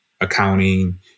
accounting